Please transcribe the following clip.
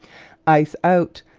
ice out,